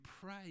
pray